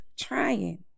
trying